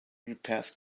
repairs